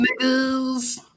niggas